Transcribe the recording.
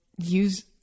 use